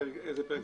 באיזה פרק זמן?